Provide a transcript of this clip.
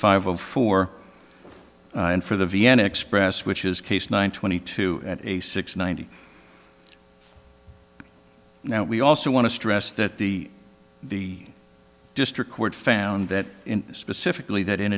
five of four and for the vienna express which is case nine twenty two at a six ninety now we also want to stress that the the district court found that specifically that in